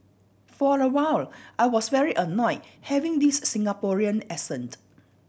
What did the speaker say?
for a while I was very annoyed having this Singaporean accent